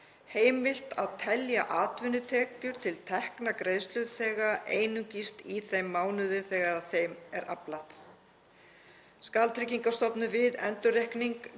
heimilt að telja atvinnutekjur til tekna greiðsluþega einungis í þeim mánuði þegar þeirra er aflað. Skal Tryggingastofnun við endurreikning